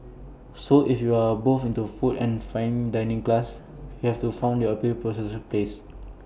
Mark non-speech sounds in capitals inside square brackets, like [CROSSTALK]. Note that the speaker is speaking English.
so if you are both into food and fine dining class you have to found your proposal place [NOISE]